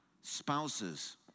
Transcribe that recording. spouses